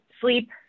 sleep